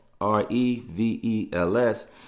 R-E-V-E-L-S